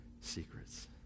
secrets